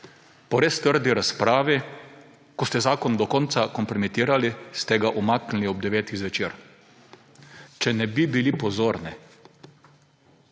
Po res trdi razpravi, ko ste zakon do konca kompromitirali, ste ga umaknili ob devetih zvečer. Če ne bi bili pozorni,